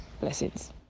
blessings